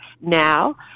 now